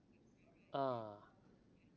ah